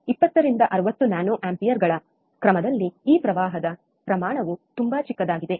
20 ರಿಂದ 60 ನ್ಯಾನೊ ಆಂಪಿಯರ್ಗಳ ಕ್ರಮದಲ್ಲಿ ಈ ಪ್ರವಾಹದ ಪ್ರಮಾಣವು ತುಂಬಾ ಚಿಕ್ಕದಾಗಿದೆ